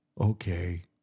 Okay